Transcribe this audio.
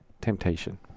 Temptation